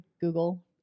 google